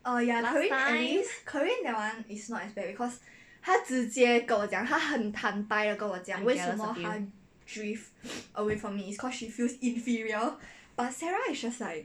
last time jealous of you